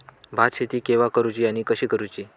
भात शेती केवा करूची आणि कशी करुची?